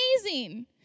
amazing